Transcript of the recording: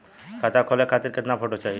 खाता खोले खातिर केतना फोटो चाहीं?